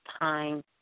time